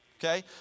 Okay